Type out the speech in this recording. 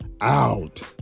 out